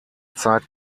zeit